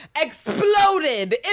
exploded